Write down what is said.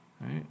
right